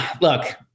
look